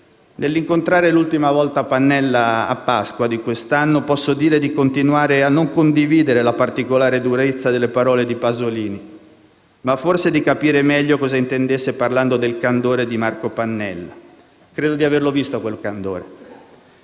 Nell'incontrare l'ultima volta Pannella, a Pasqua di quest'anno, posso dire di continuare a non condividere la particolare durezza delle parole di Pasolini, ma, forse, di capire meglio cosa intendesse parlando del candore di Marco. Credo di averlo visto, quel candore.